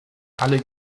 alle